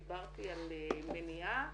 דיברתי על מניעה,